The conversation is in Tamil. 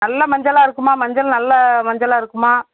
நல்ல மஞ்சளாக இருக்குமா மஞ்சள் நல்ல மஞ்சளாக இருக்குமா